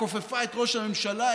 כופפה את ראש הממשלה,